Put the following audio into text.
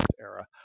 era